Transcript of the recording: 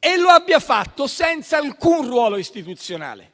che lo abbia fatto senza alcun ruolo istituzionale?